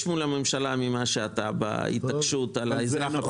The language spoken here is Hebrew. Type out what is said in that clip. מול הממשלה ממה שאתה בהתעקשות על האזרח הפשוט.